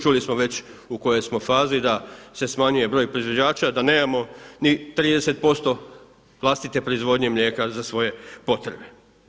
Čuli smo već u kojoj smo fazi da se smanjuje broj proizvođača, da nemamo ni 30% vlastite proizvodnje mlijeka za svoje potrebe.